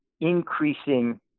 increasing